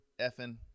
effing